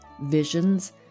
visions